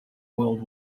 world